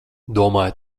domāju